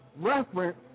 reference